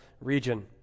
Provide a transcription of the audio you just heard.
region